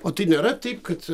o tai nėra taip kad